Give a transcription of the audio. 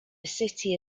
city